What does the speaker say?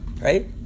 right